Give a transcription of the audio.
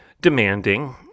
demanding